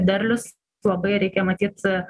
derlius labai reikia matyt